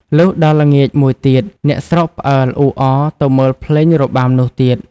លុះដល់ល្ងាចមួយទៀត អ្នកស្រុកផ្អើល អ៊ូអរទៅមើលភ្លេងរបាំនោះទៀត